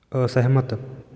ਅਸਹਿਮਤ